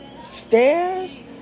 stairs